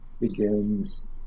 begins